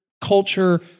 culture